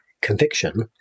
conviction